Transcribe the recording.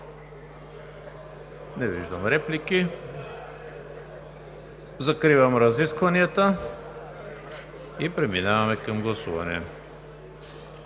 Не виждам. Закривам разискванията и преминаваме към гласуване.